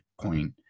point